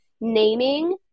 naming